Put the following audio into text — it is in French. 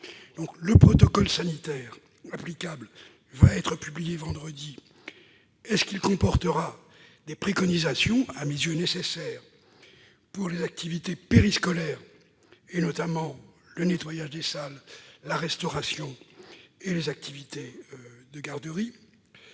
le protocole sanitaire applicable, qui sera publié vendredi, comportera-t-il des préconisations- à mes yeux nécessaires -pour les activités périscolaires, par exemple pour le nettoyage des salles, la restauration et les activités de garderie ?